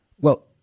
Well-